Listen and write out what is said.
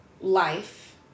life